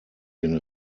den